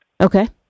Okay